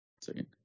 second